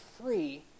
free